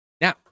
Now